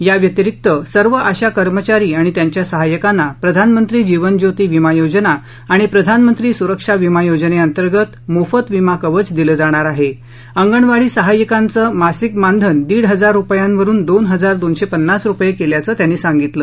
याव्यतिरिक्त सर्व आशा कर्मचारी आणि त्यांच्या सहाय्यकांना प्रधानमंत्री जीवनज्योती विमा योजना आणि प्रधानमंत्री सुरक्षा विमा योजने अंतर्गत मोफत विमा कवच दिलं जाणार आहे अंगणवाडी सहायिकांचं मासिक मानधन दीड हजार रुपयांवरून दोन हजार दोनशे पन्नास रुपये केल्याचं त्यांनी सांगितलं